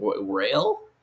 Rail